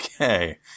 okay